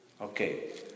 Okay